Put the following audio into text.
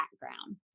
background